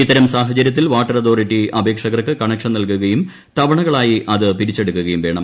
ഇത്തരം സാഹചര്യത്തിൽ water authority അപേക്ഷകർക്ക് കണക്ഷൻ നൽകുകയും തവണകളായി അത് പിരിച്ചെടുക്കുകയും വേണം